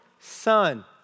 son